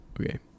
Okay